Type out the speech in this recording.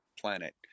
planet